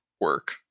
work